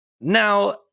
Now